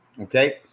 Okay